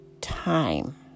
time